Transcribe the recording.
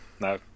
no